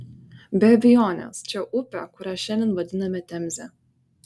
be abejonės čia upė kurią šiandien vadiname temze